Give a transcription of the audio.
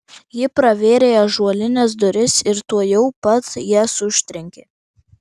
ji pravėrė ąžuolines duris ir tuojau pat jas užtrenkė